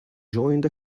joined